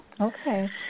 Okay